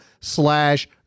slash